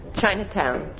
Chinatown